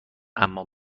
اما